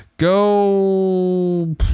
Go